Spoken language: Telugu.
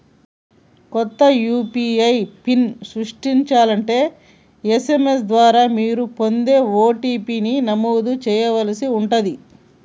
కొత్త యూ.పీ.ఐ పిన్ని సృష్టించాలంటే ఎస్.ఎం.ఎస్ ద్వారా మీరు పొందే ఓ.టీ.పీ ని నమోదు చేయాల్సి ఉంటాది